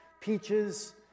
peaches